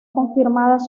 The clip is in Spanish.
confirmadas